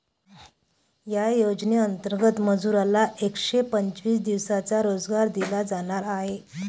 या योजनेंतर्गत मजुरांना एकशे पंचवीस दिवसांचा रोजगार दिला जाणार आहे